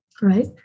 Right